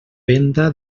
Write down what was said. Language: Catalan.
venda